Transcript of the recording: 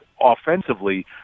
offensively